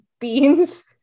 beans